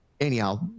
anyhow